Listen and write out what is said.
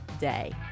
day